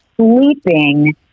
sleeping